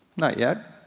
not yet.